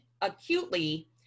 acutely